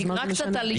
אז מה זה משנה?